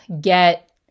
get